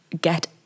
get